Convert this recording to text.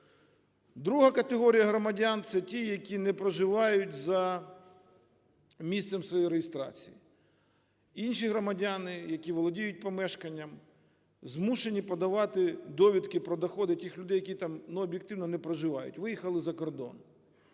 Друга категорія громадян – це ті, які не проживають за місцем своєї реєстрації. Інші громадяни, які володіють помешканням, змушені подавати довідки про доходи тих людей, які там, ну, об'єктивно, не проживають, виїхали за кордон.